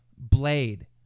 blade